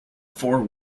four